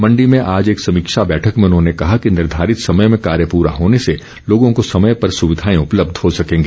मण्डी में आज एक समीक्षा बैठक में उन्होंने कहा कि निर्धारित समय में कार्य प्ररा होने से लोगों को समय पर सुविधाए उपलब्ध हो सकेंगी